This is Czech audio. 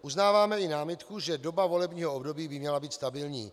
Uznáváme i námitku, že doba volebního období by měla být stabilní.